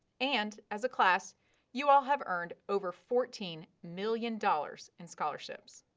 and, as a class you all have earned over fourteen million dollars in scholarships.